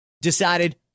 decided